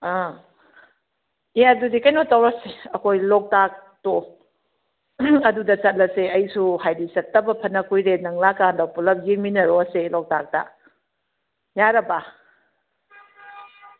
ꯑꯥ ꯑꯦ ꯑꯗꯨꯗꯤ ꯀꯩꯅꯣ ꯇꯧꯔꯣꯁꯦ ꯑꯩꯈꯣꯏ ꯂꯣꯛꯇꯥꯛꯇꯣ ꯑꯗꯨꯗ ꯆꯠꯂꯁꯦ ꯑꯩꯁꯨ ꯍꯥꯏꯗꯤ ꯆꯠꯇꯕ ꯐꯅ ꯀꯨꯏꯔꯦ ꯅꯪ ꯂꯥꯛꯑꯀꯥꯟꯗ ꯄꯨꯂꯞ ꯌꯦꯡꯃꯤꯟꯅꯔꯨꯔꯁꯦ ꯂꯣꯛꯇꯥꯛꯇ ꯌꯥꯔꯕ